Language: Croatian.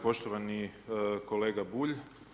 Poštovani kolega Bulj.